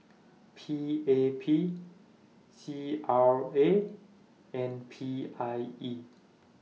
P A P C R A and P I E